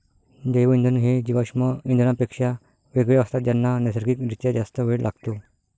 जैवइंधन हे जीवाश्म इंधनांपेक्षा वेगळे असतात ज्यांना नैसर्गिक रित्या जास्त वेळ लागतो